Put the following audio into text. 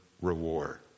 reward